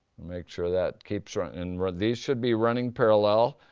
make sure that keeps running. these should be running parallel.